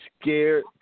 scared